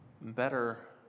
Better